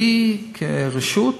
אני, כרשות,